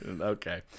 Okay